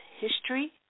History